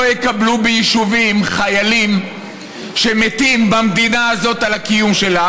יקבלו ביישובים חיילים שמתים במדינה הזאת על הקיום שלה,